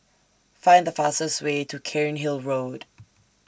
Find The fastest Way to Cairnhill Road